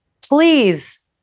Please